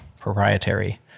proprietary